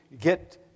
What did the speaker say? get